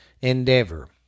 endeavor